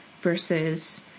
versus